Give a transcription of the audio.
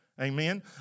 Amen